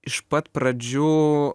iš pat pradžių